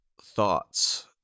thoughts